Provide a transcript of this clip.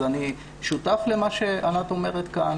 אז אני שותף למה שענת אומרת כאן.